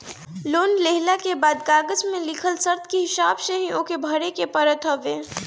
loan लेहला के बाद कागज में लिखल शर्त के हिसाब से ही ओके भरे के पड़त हवे